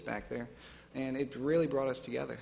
back there and it really brought us together